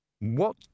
What